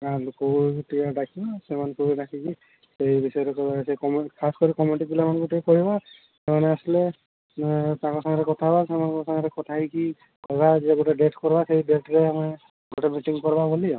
ଗାଁ ଲୋକଙ୍କୁ ବି ଟିକିଏ ଡାକିବା ସେମାନଙ୍କୁ ଡାକିକି ସେଇ ବିଷୟରେ ସେଇ ଖାସ୍ କରି କମିଟି ପିଲାମାନଙ୍କୁ ଟିକିଏ କହିବା ସେମାନେ ଆସିଲେ ତାଙ୍କ ସାଙ୍ଗରେ କଥା ହେବା ସେମାନଙ୍କ ସାଙ୍ଗରେ କଥା ହୋଇକି କହିବା ଯେ ଗୋଟେ ଡେଟ୍ କର ସେଇ ଡେଟ୍ରେ ଆମେ ଗୋଟେ ମିଟିଂ କରିବା ବୋଲି ଆଉ